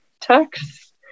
tax